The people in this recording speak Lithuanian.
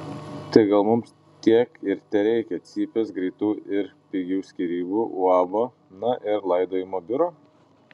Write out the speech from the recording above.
tai gal mums tiek ir tereikia cypės greitų ir pigių skyrybų uabo na ir laidojimo biuro